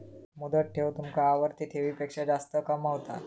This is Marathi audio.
मुदत ठेव तुमका आवर्ती ठेवीपेक्षा जास्त कमावता